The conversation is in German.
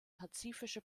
pazifische